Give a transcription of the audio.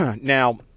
Now